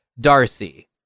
Darcy